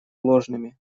ложными